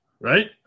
right